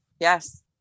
yes